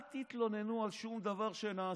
אל תתלוננו על שום דבר שנעשה,